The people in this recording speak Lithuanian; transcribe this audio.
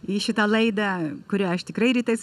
į šitą laidą kurią aš tikrai rytais